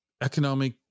economic